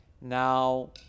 now